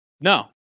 no